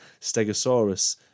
Stegosaurus